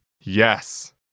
Yes